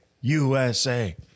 USA